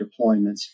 deployments